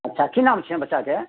अच्छा की नाम छियनि बच्चाके